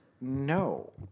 No